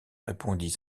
répondit